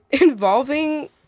involving